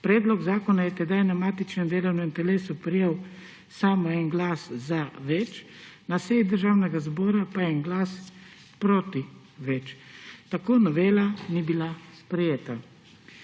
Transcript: Predlog zakona je tedaj na matičnem delovnem telesu prejel samo en glas »za« več, na seji Državnega zbora pa en glas »proti« več, tako novela ni bila sprejeta.